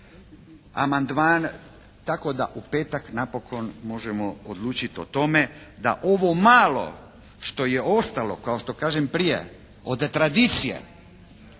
amandman tako da u petak napokon možemo odlučiti o tome da ovo malo što je ostalo kao što kažem prije, od tradicije